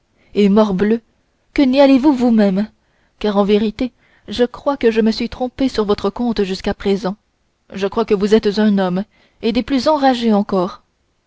et morbleu que n'y allez-vous vous-même car en vérité je crois que je me suis trompé sur votre compte jusqu'à présent je crois que vous êtes un homme et des plus enragés encore